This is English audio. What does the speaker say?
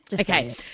okay